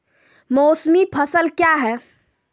मौसमी फसल क्या हैं?